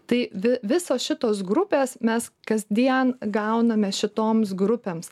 tai vi visos šitos grupės mes kasdien gauname šitoms grupėms